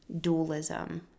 dualism